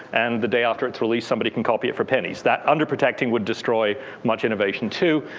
and the day after its release, somebody can copy it for pennies. that under protecting would destroy much innovation too.